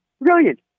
brilliant